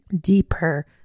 deeper